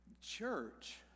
Church